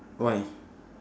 why